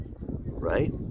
right